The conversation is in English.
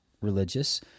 religious